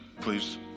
please